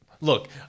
Look